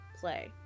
play